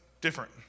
different